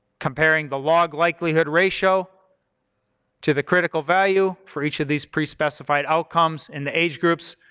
comparing the log likelihood ratio to the critical value for each of these pre-specified outcomes in the age groups.